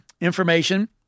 information